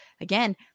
again